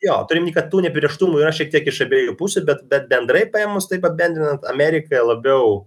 jo turiu omeny kad tų neapibrėžtumų yra šiek tiek iš abiejų pusių bet bet bendrai paėmus taip apibendrinant amerikai labiau